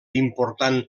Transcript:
important